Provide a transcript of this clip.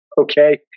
Okay